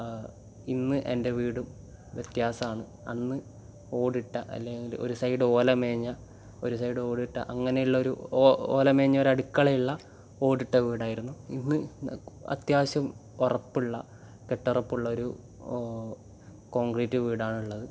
ഇന്ന് എൻ്റെ വീടും വ്യത്യാസമാണ് അന്ന് ഓടിട്ട അല്ലെങ്കിൽ ഒരു സൈഡ് ഓലമേഞ്ഞ ഒരു സൈഡ് ഓടിട്ട അങ്ങനെയുള്ളൊരു ഓലമേഞ്ഞൊരു അടുക്കളയുള്ള ഓടിട്ട വീടായിരുന്നു ഇന്ന് അത്യാവശ്യം ഉറപ്പുള്ള കെട്ടുറപ്പുള്ളൊരു കോൺക്രീറ്റ് വീടാണുള്ളത്